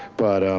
but,